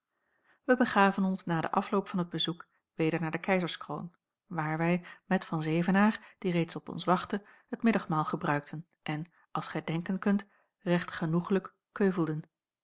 wij begaven ons na den afloop van het bezoek weder naar de keizerskroon waar wij met van zevenaer die reeds op ons wachtte het middagmaal gebruikten en als gij denken kunt recht genoeglijk keuvelden